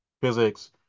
physics